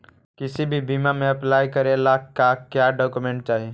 किसी भी बीमा में अप्लाई करे ला का क्या डॉक्यूमेंट चाही?